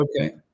Okay